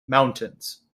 mountains